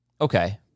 Okay